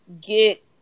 get